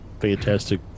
fantastic